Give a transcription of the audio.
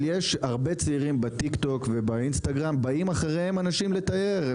אבל יש הרבה צעירים בטיק טוק ובאינסטגרם באים אחריהם אנשים לתייר.